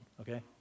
okay